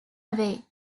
away